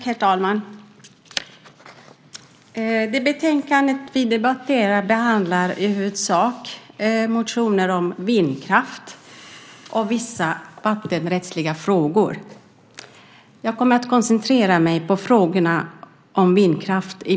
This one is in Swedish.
Herr talman! I det betänkande som vi nu debatterar behandlas i huvudsak motioner om vindkraft och vissa vattenrättsliga frågor. I mitt anförande kommer jag att koncentrera mig på frågorna om vindkraft.